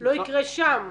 לא יקרה שם.